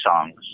songs